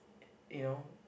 you know